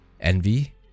Envy